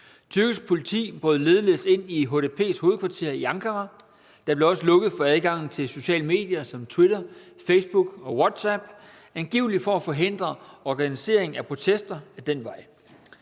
Tyrkisk politi brød ligeledes ind i HDP's hovedkvarter i Ankara, og der blev også lukket for adgangen til sociale medier som Twitter, Facebook og WhatsApp, angivelig for at forhindre organisering af protester ad den vej.